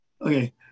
Okay